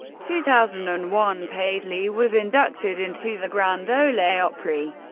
two thousand and one, paisley was inducted into the grand ole opry.